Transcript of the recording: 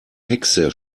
hexe